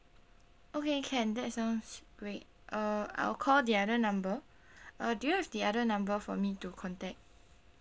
okay can that sounds great uh I'll call the other number uh do you have the other number for me to contact